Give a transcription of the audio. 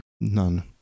None